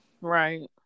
Right